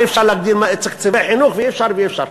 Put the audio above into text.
אי-אפשר להגדיל תקציבי חינוך ואי-אפשר ואי-אפשר.